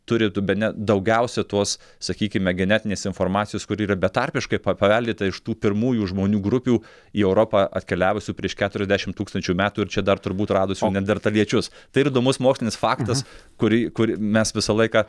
turi tų bene daugiausiai tos sakykime genetinės informacijos kuri yra betarpiškai pa paveldėta iš tų pirmųjų žmonių grupių į europą atkeliavusių prieš keturiasdešim tūkstančių metų ir čia dar turbūt radusių neandertaliečius tai yra įdomus mokslinis faktas kurį kur mes visą laiką